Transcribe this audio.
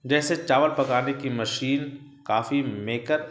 جیسے چاول پکانے کی مشین کافی میکر